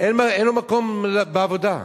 אין לו מקום בעבודה.